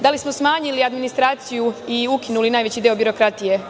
Da li smo smanjili adminsitraciju i ukinuli najveći deo birokratije?